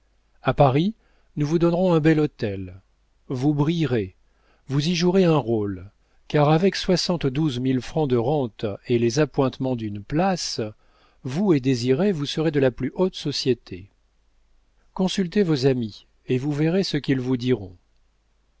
a paris nous vous donnerons un bel hôtel vous brillerez vous y jouerez un rôle car avec soixante-douze mille francs de rente et les appointements d'une place vous et désiré vous serez de la plus haute société consultez vos amis et vous verrez ce qu'ils vous diront